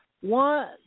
One